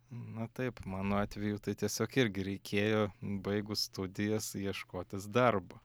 na taip mano atveju tai tiesiog irgi reikėjo baigus studijas ieškotis darbo